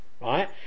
right